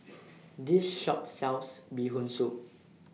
This Shop sells Bee Hoon Soup